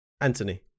anthony